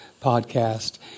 podcast